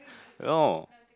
law